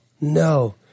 no